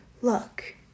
look